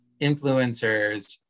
influencers